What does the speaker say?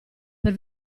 per